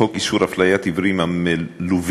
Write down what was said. חוק איסור הפליית עיוורים המלווים